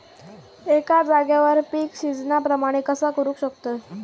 एका जाग्यार पीक सिजना प्रमाणे कसा करुक शकतय?